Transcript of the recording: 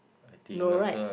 no right